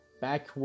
Back